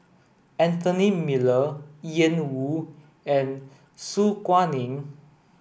Anthony Miller Ian Woo and Su Guaning